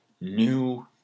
new